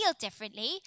differently